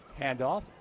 Handoff